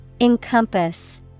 Encompass